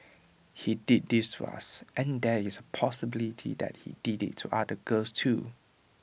he did this to us and there is A possibility that he did IT to other girls too